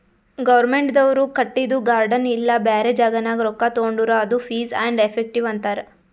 ಗೌರ್ಮೆಂಟ್ದವ್ರು ಕಟ್ಟಿದು ಗಾರ್ಡನ್ ಇಲ್ಲಾ ಬ್ಯಾರೆ ಜಾಗನಾಗ್ ರೊಕ್ಕಾ ತೊಂಡುರ್ ಅದು ಫೀಸ್ ಆ್ಯಂಡ್ ಎಫೆಕ್ಟಿವ್ ಅಂತಾರ್